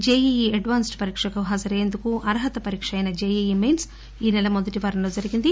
JEE advanced పరీక్షకు హాజరయ్యేందుకు అర్హత పరీక్ష అయిన జెఇఇ మెయిన్ ఈ నెల మొదటి వారంలో జరిగింది